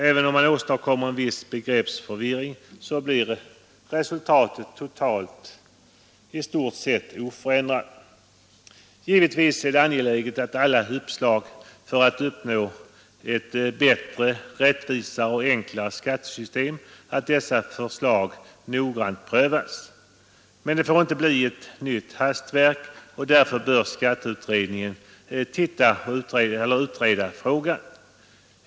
Även om man åstadkommer en viss begreppsförvirring blir det totala resultatet i stort sett oförändrat. Givetvis är det angeläget att alla uppslag för att uppnå ett bättre, rättvisare och enklare skattesystem noggrant prövas. Men det får inte bli ett nytt hastverk, och därför bör skatteutredningen utreda frågan.